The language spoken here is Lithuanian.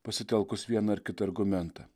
pasitelkus vieną ar kitą argumentą